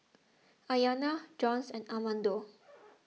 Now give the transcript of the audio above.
Ayana Jones and Armando